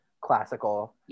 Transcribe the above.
Classical